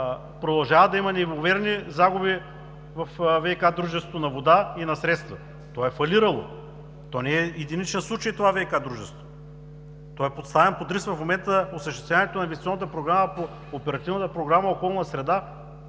продължава да има неимоверни загуби във ВиК дружеството на вода и на средства, то е фалирало? Е, не е единичен случай това ВиК дружество. Поставено е под риск в момента осъществяването на инвестиционната програма по Оперативна програма „Околна